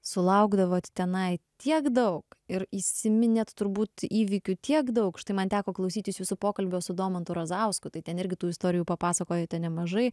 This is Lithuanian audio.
sulaukdavot tenai tiek daug ir įsiminėt turbūt įvykių tiek daug štai man teko klausytis jūsų pokalbio su domantu razausku tai ten irgi tų istorijų papasakojote nemažai